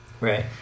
Right